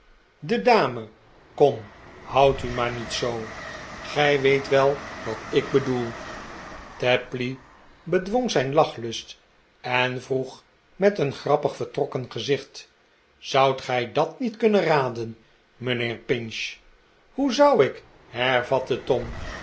de dame kom houd u maar niet zoo gij weet wel wat ik bedoel tapley bedwong zijn lachlust en vroeg met een grappig vertrokkeri gezicht zoudt gij dat niet kunnen raden mijnheer pinch hoe zou ik hervatte tom